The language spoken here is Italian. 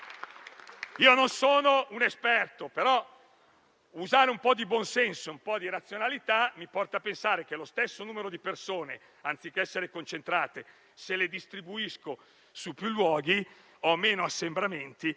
Non sono un esperto, però usare un po' di buon senso e un po' di razionalità mi porta a pensare che, se lo stesso numero di persone, anziché concentrarle, le distribuisco su più luoghi, ho meno assembramenti;